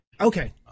Okay